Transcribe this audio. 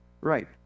Right